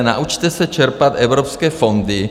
Naučte se čerpat evropské fondy.